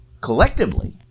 collectively